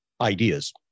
ideas